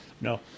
no